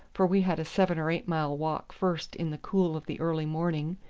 for we had a seven or eight mile walk first in the cool of the early morning,